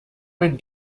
mein